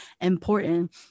important